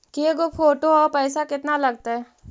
के गो फोटो औ पैसा केतना लगतै?